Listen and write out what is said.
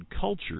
culture